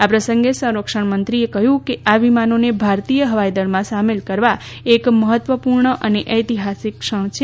આ પ્રસંગે સંરક્ષણમંત્રીએ કહ્યું કે આ વિમાનોને ભારતીય હવાઇદળમાં સામેલ કરવા એક મહત્વપૂર્ણ અને ચૈતિહાસિક ક્ષણ છે